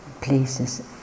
places